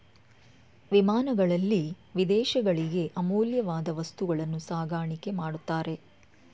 ವಿಮಾನಗಳಲ್ಲಿ ವಿದೇಶಗಳಿಗೆ ಅಮೂಲ್ಯವಾದ ವಸ್ತುಗಳನ್ನು ಸಾಗಾಣಿಕೆ ಮಾಡುತ್ತಾರೆ